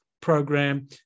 program